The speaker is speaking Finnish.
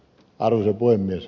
arvoisa puhemies